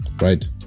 right